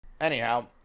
Anyhow